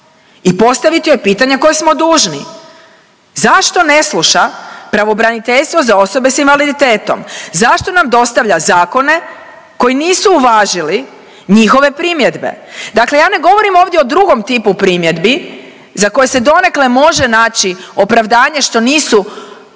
i postaviti joj pitanja koja smo dužni. Zašto ne sluša pravobraniteljstvo za osobe s invaliditetom? Zašto nam dostavlja zakone koji nisu uvažili njihove primjedbe? Dakle, ja ne govorim ovdje o drugom tipu primjedbi za koje se donekle može naći opravdanje što nisu odmah